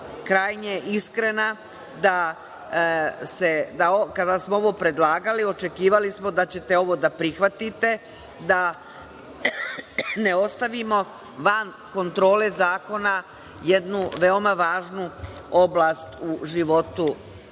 krajnje iskrena. Kada smo ovo predlagali, očekivali smo da ćete ovo da prihvatite, da ne ostavimo van kontrole zakona jednu veoma važnu oblast u životu